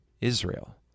Israel